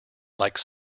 like